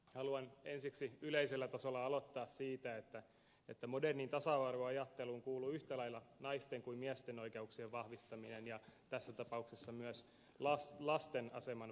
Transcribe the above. haluan ensiksi yleisellä tasolla aloittaa siitä että moderniin tasa arvoajatteluun kuuluu yhtä lailla niin naisten kuin miestenkin oikeuksien vahvistaminen ja kuten tässä tapauksessa myös lasten aseman vahvistaminen